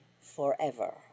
forever